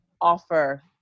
offer